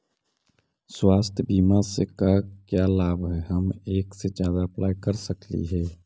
स्वास्थ्य बीमा से का क्या लाभ है हम एक से जादा अप्लाई कर सकली ही?